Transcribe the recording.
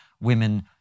women